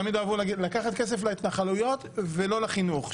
תמיד אהבו להגיד: לקחת להתנחלויות זה לא לחינוך,